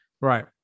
Right